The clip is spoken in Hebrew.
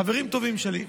חברים טובים שלי.